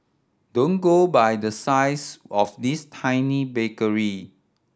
don't go by the size of this tiny bakery